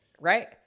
right